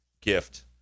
gift